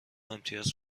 امتیاز